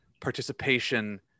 participation